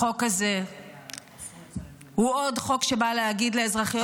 החוק הזה הוא עוד חוק שבא להגיד לאזרחיות